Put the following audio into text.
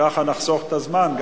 ככה נחסוך את הזמן,